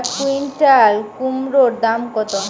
এক কুইন্টাল কুমোড় দাম কত?